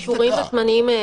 האישורים הזמניים האלה,